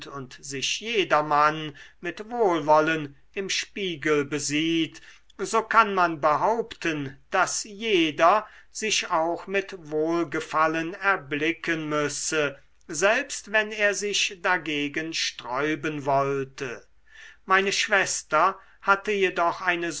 und sich jedermann mit wohlwollen im spiegel besieht so kann man behaupten daß jeder sich auch mit wohlgefallen erblicken müsse selbst wenn er sich dagegen sträuben wollte meine schwester hatte jedoch eine